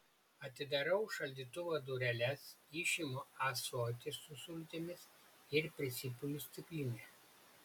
atidarau šaldytuvo dureles išimu ąsotį su sultimis ir prisipilu stiklinę